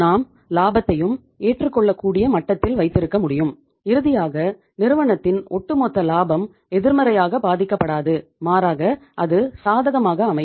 நாம் லாபத்தையும் ஏற்றுக்கொள்ளக்கூடிய மட்டத்தில் வைத்திருக்க முடியும் இறுதியாக நிறுவனத்தின் ஒட்டுமொத்த லாபம் எதிர்மறையாக பாதிக்கப்படாது மாறாக அது சாதகமாக அமையும்